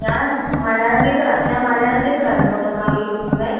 ഞാന് മലയാളം ടീച്ചറ ഞാന് മലയാളം ടീച്ചര് ആയിരുന്നോട്ടോ സാർ വിളിക്കുന്നത്